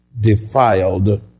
defiled